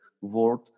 word